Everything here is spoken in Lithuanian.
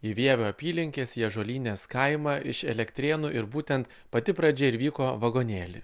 į vievio apylinkės į ąžuolynės kaimą iš elektrėnų ir būtent pati pradžia ir vyko vagonėly